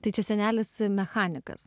tai čia senelis mechanikas